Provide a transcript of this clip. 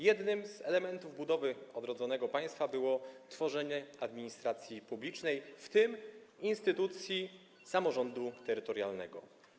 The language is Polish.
Jednym z elementów budowy odrodzonego państwa było tworzenie administracji publicznej, w tym instytucji samorządu terytorialnego.